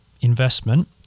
investment